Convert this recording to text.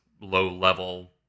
low-level